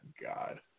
God